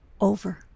over